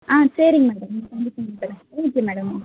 ஆ சரிங்க madam okay madam okay madam okay